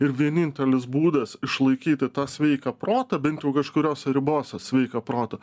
ir vienintelis būdas išlaikyti tą sveiką protą bent kažkuriose ribose sveiko proto